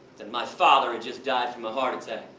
that my father had just died from a heart attack.